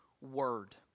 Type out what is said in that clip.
word